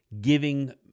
giving